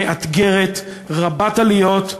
מאתגרת, רבת עליות,